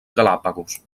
galápagos